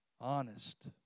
honest